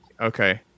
Okay